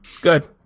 Good